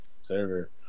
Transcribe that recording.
server